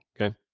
Okay